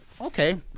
okay